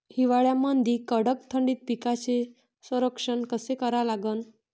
हिवाळ्यामंदी कडक थंडीत पिकाचे संरक्षण कसे करा लागन?